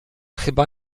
chyba